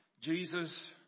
Jesus